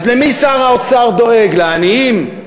אז למי שר האוצר דואג, לעניים?